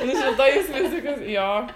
ji šilta jis fizikas jo